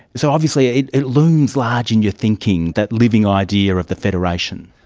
so obviously it looms large in your thinking, that living idea of the federation.